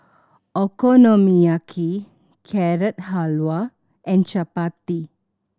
Okonomiyaki Carrot Halwa and Chapati